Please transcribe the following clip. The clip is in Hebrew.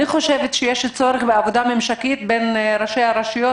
אני חושבת שיש צורך בעבודה ממשקית בין ראשי הרשויות